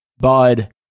bud